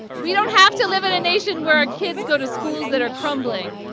we don't have to live in a nation where our kids go to schools that are crumbling.